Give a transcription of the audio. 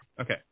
Okay